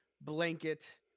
blanket